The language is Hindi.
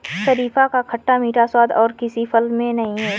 शरीफा का खट्टा मीठा स्वाद और किसी फल में नही है